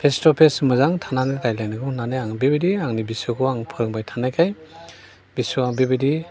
face to face मोजां थानानै रायलायनांगौ होन्नानै आङो बेबायदि आंनि बिसौखौ आं फोरोंबाय थानायखाय बिसौआ बेबायदि